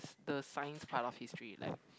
s~ the science part of history like